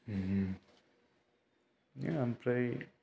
आमफ्राय